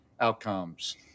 outcomes